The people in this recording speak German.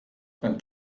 dann